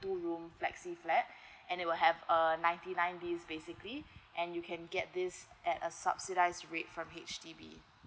two room flexi flat and they will have a ninety nine lease basically and you can get this at a subsidised rate from H_D_B